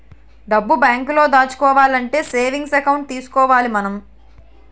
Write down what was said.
డబ్బు బేంకులో దాచుకోవాలంటే సేవింగ్స్ ఎకౌంట్ తీసుకోవాలి మనం